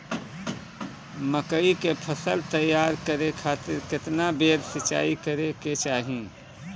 मकई के फसल तैयार करे खातीर केतना बेर सिचाई करे के चाही?